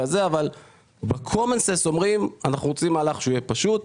אבל ב-Common Sense אומרים: אנחנו רוצים מהלך שיהיה פשוט.